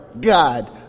God